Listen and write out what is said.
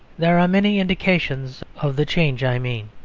there are many indications of the change i mean.